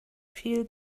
feel